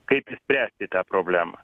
kaip išspręsti tą problemą